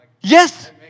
Yes